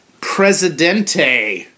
Presidente